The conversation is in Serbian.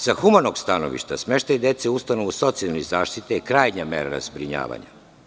Sa humanog stanovišta, smeštaj dece u ustanovu socijalne zaštite je krajnja mera zbrinjavanja.